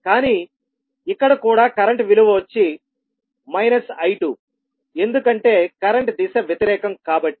కానీ ఇక్కడ కూడా కరెంట్ విలువ వచ్చి I2 ఎందుకంటే కరెంట్ దిశ వ్యతిరేకం కాబట్టి